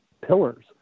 pillars